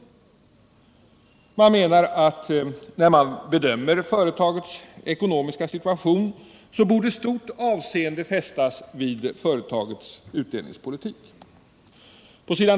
Socialdemokraterna menar att vid bedömningen av ett företags ekonomiska situation borde stort avseende fästas vid företagets utdelningspolitik. Pås.